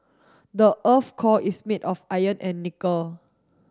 the earth's core is made of iron and nickel